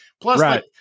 Plus